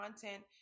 content